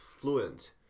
fluent